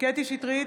קטי קטרין שטרית,